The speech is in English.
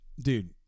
dude